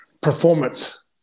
performance